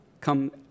come